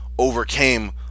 overcame